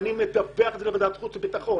אני מדווח על זה גם בוועדת חוץ וביטחון